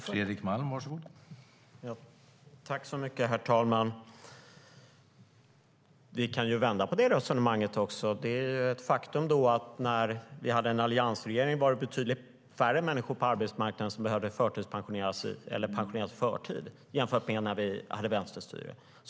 Herr talman! Vi kan vända på det resonemanget. Det är ett faktum att när vi hade en alliansregering var det betydligt färre på arbetsmarknaden som behövde pensioneras i förtid jämfört med när vi hade vänsterstyre.